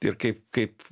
ir kaip kaip